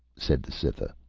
said the cytha.